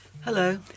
hello